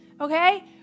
Okay